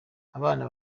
abana